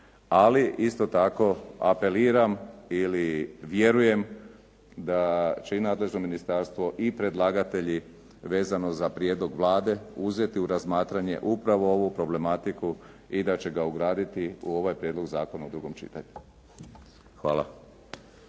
ali isto tako apeliram ili vjerujem da će i nadležno ministarstvo i predlagatelji vezano za prijedlog Vlade uzeti u razmatranje upravo ovu problematiku i da će ga ugraditi u ovaj prijedlog zakona u drugom čitanju. Hvala.